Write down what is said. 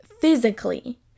physically